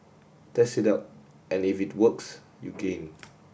test it out and if it works you gain